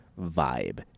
vibe